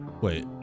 Wait